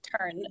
turn